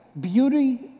beauty